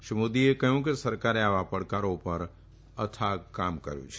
શ્રી મોદીએ કહ્યું કે સરકારે આવા પડકારો ઉપર અથાક કામ કર્યું છે